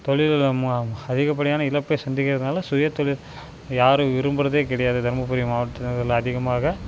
தொழிலுகளும் அதிகப்படியான இழப்பை சந்திக்கிறதினால சுய தொழில் யாரும் விரும்புகிறதே கிடையாது தருமபுரி மாவட்டத்தில் அதிகமாக